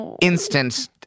instant